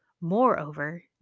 Moreover